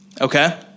Okay